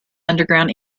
underground